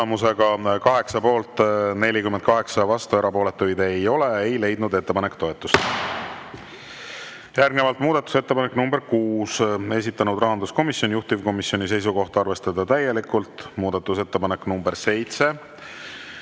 8 poolt, 48 vastu ja erapooletuid ei ole, ei leidnud ettepanek toetust. Järgnevalt muudatusettepanek nr 6, esitanud rahanduskomisjon, juhtivkomisjoni seisukoht on arvestada täielikult. Muudatusettepanek nr 7,